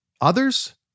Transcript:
Others